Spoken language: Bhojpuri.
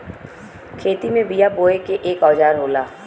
खेती में बिया बोये के एक औजार होला